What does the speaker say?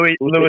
Louis